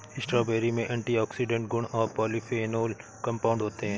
strawberry में antioxidant गुण और पॉलीफेनोल कंपाउंड होते हैं